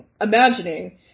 imagining